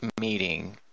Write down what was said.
meeting